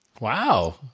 Wow